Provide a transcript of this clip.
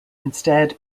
instead